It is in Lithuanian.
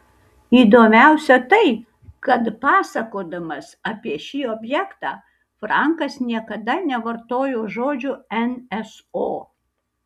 įdomiausia tai kad pasakodamas apie šį objektą frankas niekada nevartojo žodžio nso